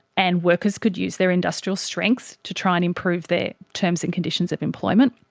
and workers could use their industrial strengths to try and improve their terms and conditions of employment